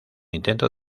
intento